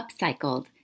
upcycled